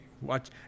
watch